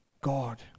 god